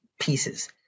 pieces